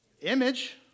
image